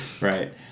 Right